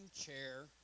chair